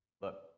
look